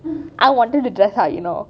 I wanted to dress up you know